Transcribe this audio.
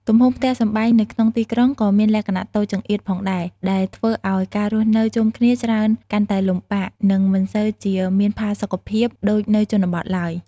ទំហំផ្ទះសម្បែងនៅក្នុងទីក្រុងក៏មានលក្ខណៈតូចចង្អៀតផងដែរ ដែលធ្វើឱ្យការរស់នៅជុំគ្នាច្រើនកាន់តែលំបាក និងមិនសូវជាមានផាសុកភាពដូចនៅជនបទឡើយ។